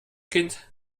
kind